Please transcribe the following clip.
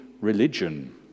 religion